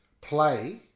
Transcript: play